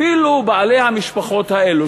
אפילו בעלי המשפחות האלו,